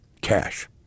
cash